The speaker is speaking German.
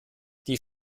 die